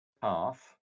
path